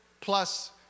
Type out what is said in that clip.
plus